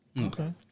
Okay